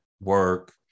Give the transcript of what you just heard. work